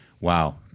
Wow